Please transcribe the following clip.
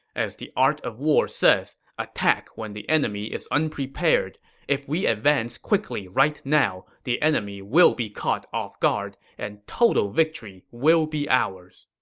as the art of war says, attack when the enemy is unprepared if we advance quickly right now, the enemy will be caught off guard, and total victory will be ours.